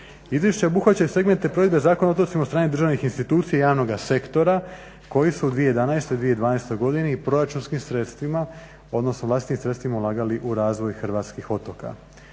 Izvješća obuhvaćaju segmente provedbe Zakona o otocima od strane državnih institucija javnoga sektora koji su u 2011., 2012.godini proračunskim sredstvima odnosno vlastitim sredstvima ulagali u razvoj Hrvatskih otoka.